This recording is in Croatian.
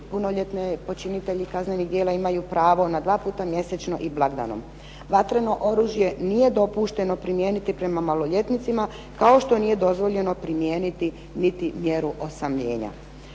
punoljetni počinitelji kazneni djela imaju dva puta mjesečno i blagdanom. Vatreno oružje nije dozvoljeno primijeniti prema maloljetnicima, kao što nije dozvoljeno primijeniti niti mjeru osamljenja.